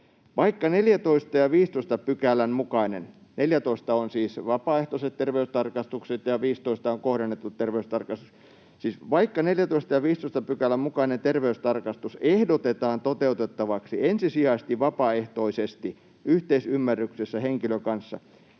terveystarkastus — ”terveystarkastus ehdotetaan toteutettavaksi ensisijaisesti vapaaehtoisesti yhteisymmärryksessä henkilön kanssa,